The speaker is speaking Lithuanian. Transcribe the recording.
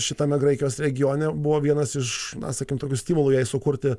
šitame graikijos regione buvo vienas iš na sakykim tokių stimulų jai sukurti